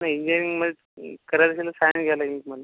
नाही इन्जिनिअरिंगमध्ये करायचं असेल तर सायन्स घ्यावं लागेन तुम्हाला